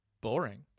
boring